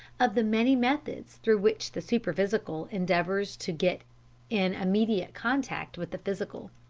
of the many methods through which the superphysical endeavours to get in immediate contact with the physical.